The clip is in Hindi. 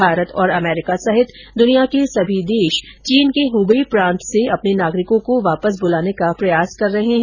भारत और अमरीका सहित दुनिया के सभी देश चीन के हुबेई प्रांत से अपने नागरिकों को वापस बुलाने का प्रयास कर रहे हैं